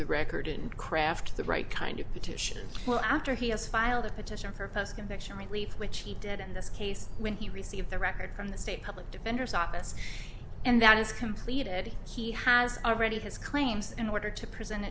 the record and craft the right kind of petition well after he has filed a petition for post conviction relief which he did in this case when he received the record from the state public defender's office and that is completed he has already his claims in order to present